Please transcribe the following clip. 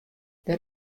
der